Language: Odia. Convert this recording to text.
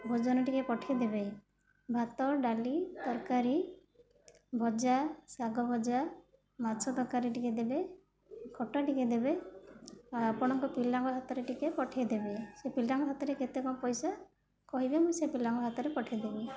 ଭୋଜନ ଟିକିଏ ପଠେଇଦେବେ ଭାତ ଡାଲି ତରକାରୀ ଭଜା ଶାଗଭଜା ମାଛ ତରକାରୀ ଟିକିଏ ଦେବେ ଖଟା ଟିକିଏ ଦେବେ ଆଉ ଆପଣଙ୍କ ପିଲାଙ୍କ ହାତରେ ଟିକିଏ ପଠେଇଦେବେ ସେ ପିଲାଙ୍କ ହାତରେ କେତେ କ'ଣ ପଇସା କହିବେ ମୁଁ ସେ ପିଲାଙ୍କ ହାତରେ ପଠେଇ ଦେବି